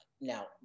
Now